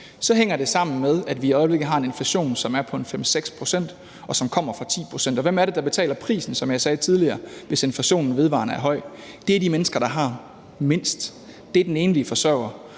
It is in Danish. hænger det sammen med, at vi i øjeblikket har en inflation, som er på 5-6 pct. efter at have været oppe på 10 pct. Og hvem er det, som jeg sagde tidligere, der betaler prisen, hvis inflationen vedvarende er høj? Det er de mennesker, der har mindst. Det er den enlige forsørger.